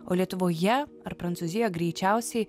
o lietuvoje ar prancūzijoje greičiausiai